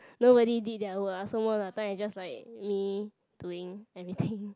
nobody did their work ah so most of the time it's just like me doing everything